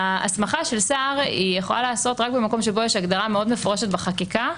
ההסמכה של שר יכולה להיעשות רק במקום שבו יש הגדרה מאוד מפורשת בחקיקה